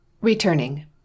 Returning